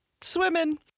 swimming